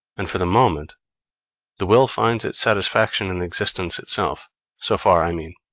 and for the moment the will finds its satisfaction in existence itself so far, i mean,